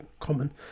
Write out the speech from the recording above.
Common